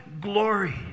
Glory